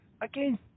again